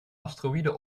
asteroïde